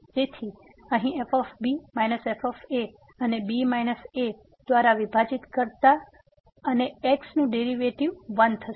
તેથી અહીં f f અને b a દ્વારા વિભાજીત કરતા અને x નું ડેરીવેટીવ 1 થશે